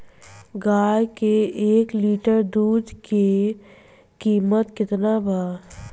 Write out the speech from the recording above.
गाय के एक लीटर दुध के कीमत केतना बा?